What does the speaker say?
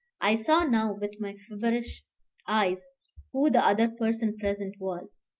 i saw now with my feverish eyes who the other person present was.